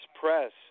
Press